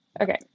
Okay